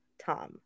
Tom